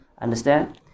understand